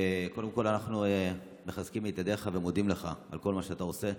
קודם כול אנחנו מחזקים ידיך ומודים לך על כל מה שאתה עושה.